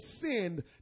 sinned